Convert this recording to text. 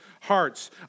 hearts